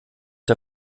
der